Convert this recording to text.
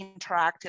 interactive